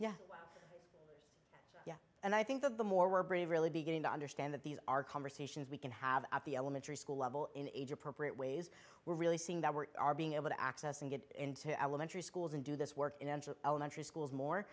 yeah yeah and i think that the more were brave really beginning to understand that these are conversations we can have at the elementary school level in age appropriate ways we're really seeing that we're being able to access and get into elementary schools and do this work in elementary schools more